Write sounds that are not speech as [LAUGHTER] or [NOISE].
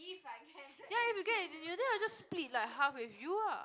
ya if you can [NOISE] then I just split like half with you ah